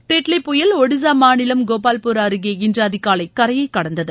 டிட்லி புயல் ஷடிஸா மாநிலம் கோபால்பூர் அருகே இன்று அதிகாலை கரையை கடந்தது